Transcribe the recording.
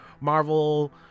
Marvel